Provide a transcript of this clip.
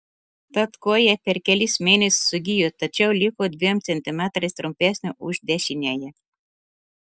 tad koja per kelis mėnesius sugijo tačiau liko dviem centimetrais trumpesnė už dešiniąją